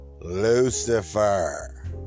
Lucifer